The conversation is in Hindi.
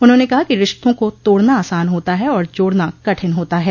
उन्होंने कहा कि रिश्तों को तोड़ना आसान होता है और जोड़ना कठिन होता है